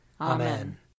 Amen